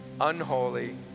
unholy